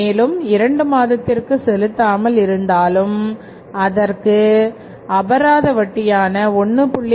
மேலும் இரண்டு மாதத்திற்கு செலுத்தாமல் இருந்தாலும் நமக்கு அபராத வட்டியான 1